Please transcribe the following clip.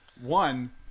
One